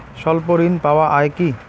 স্বল্প ঋণ পাওয়া য়ায় কি?